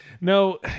No